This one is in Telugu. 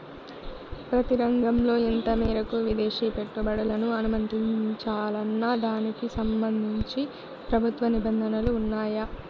ప్రతి రంగంలో ఎంత మేరకు విదేశీ పెట్టుబడులను అనుమతించాలన్న దానికి సంబంధించి ప్రభుత్వ నిబంధనలు ఉన్నాయా?